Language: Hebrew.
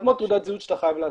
כמו תעודת זהות שאתה חייב לעשות.